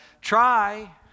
try